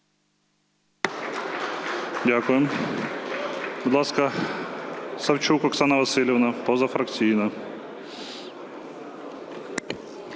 Дякую. Будь ласка, Савчук Оксана Василівна, позафракційна.